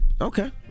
Okay